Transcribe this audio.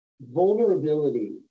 vulnerability